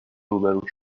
روبرو